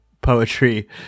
poetry